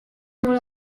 molt